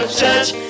church